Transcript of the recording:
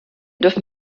dürfen